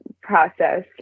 process